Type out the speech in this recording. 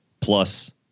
plus